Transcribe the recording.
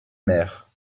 mère